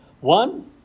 One